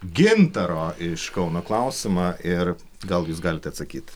gintaro iš kauno klausimą ir gal jūs galite atsakyt